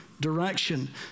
direction